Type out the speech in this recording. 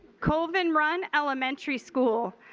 colvin run elementary school.